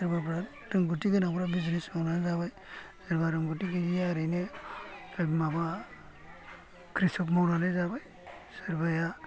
एबा रोंगौथि गोनांफ्रा बिजिनेस मावनानै जाबाय सोरबा रोंगौथि गैयिया ओरैनो माबा खृसक मावनानै जाबाय सोरबाया